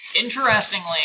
Interestingly